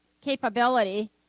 capability